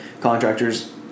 contractors